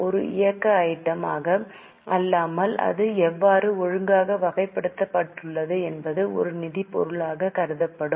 ஒரு இயக்க ஐட்டம் மாக அல்லாமல் அது எவ்வாறு ஒழுங்காக வகைப்படுத்தப்பட்டுள்ளது என்பது ஒரு நிதி பொருளாக கருதப்படும்